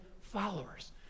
followers